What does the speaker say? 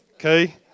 Okay